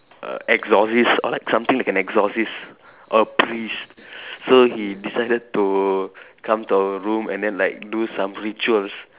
a exorcist or like something like an exorcist or a priest so he decided to come to our room and then like do some rituals